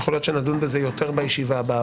ויכול להיות שנדון בזה יותר בישיבה הבאה,